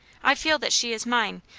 i feel that she is mine,